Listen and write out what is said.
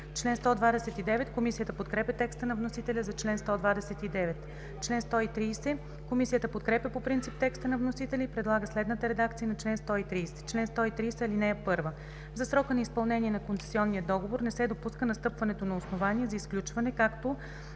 чл. 128. Комисията подкрепя текста на вносителя за чл. 129. Комисията подкрепя по принцип текста на вносителя и предлага следната редакция на чл. 130: „Чл. 130. (1) За срока на изпълнение на концесионния договор не се допуска настъпването на основание за изключване както